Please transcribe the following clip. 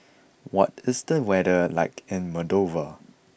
what is the weather like in Moldova